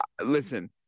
Listen